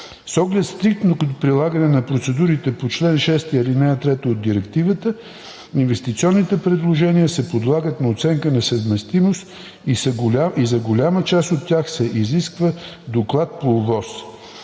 С оглед стриктното прилагане на процедурите по чл. 6, ал. 3 от Директивата инвестиционните предложения се подлагат на оценка на съвместимост и за голяма част от тях се изисква доклад по ОВОС